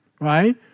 right